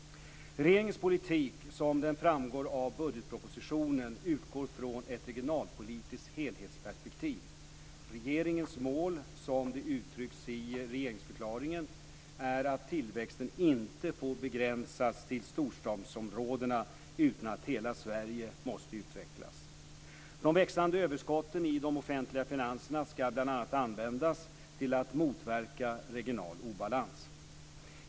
Regeringens politik, som den framgår av budgetpropositionen, utgår från ett regionalpolitiskt helhetsperspektiv. Regeringens mål, som de uttrycks i regeringsförklaringen, är att tillväxten inte får begränsas till storstadsområdena utan att hela Sverige måste utvecklas. De växande överskotten i de offentliga finanserna ska bl.a. användas till att motverka regional obalans.